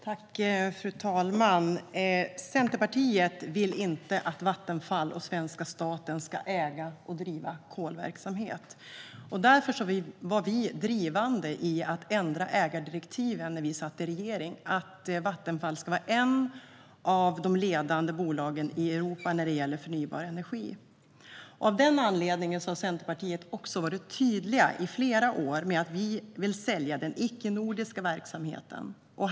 Fru talman! Centerpartiet vill inte att Vattenfall och svenska staten ska äga och driva kolverksamhet. Därför var vi drivande för att ändra ägardirektiven när vi satt i regering: Vattenfall ska vara ett av de ledande bolagen i Europa när det gäller förnybar energi. Av den anledningen har Centerpartiet också i flera år varit tydligt med att vi vill sälja den icke-nordiska verksamheten.